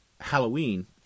Halloween